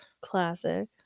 Classic